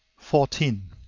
fourteen.